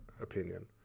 opinion